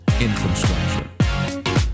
infrastructure